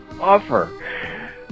offer